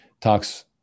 talks